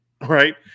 Right